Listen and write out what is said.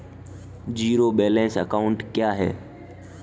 Zero balance account क्या है?